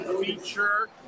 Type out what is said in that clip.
feature